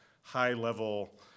high-level